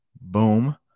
Boom